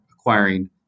acquiring